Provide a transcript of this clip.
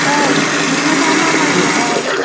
ओइ नोंनाव मा मा माइ दंहाय